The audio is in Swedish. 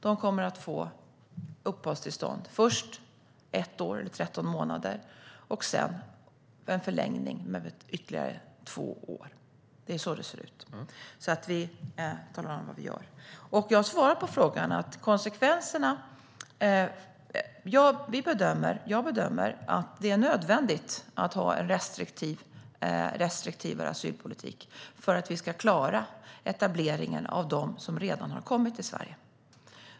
De kommer att få uppehållstånd först ett år - 13 månader - och sedan en förlängning med ytterligare två år. Det är så det ser ut. Jag har svarat på frågan. Jag bedömer att det är nödvändigt att ha en restriktivare asylpolitik för att vi ska klara etableringen av dem som redan har kommit till Sverige.